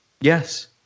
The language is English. Yes